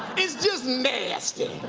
it's just nasty.